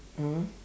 mm